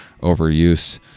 overuse